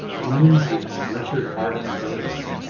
d'annunzio and richard harding davis!